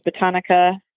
Botanica